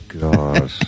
God